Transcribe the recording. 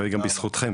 גם בזכותכם.